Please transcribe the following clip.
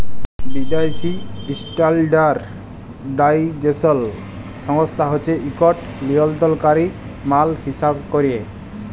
বিদ্যাসি ইস্ট্যাল্ডার্ডাইজেশল সংস্থা হছে ইকট লিয়লত্রলকারি মাল হিঁসাব ক্যরে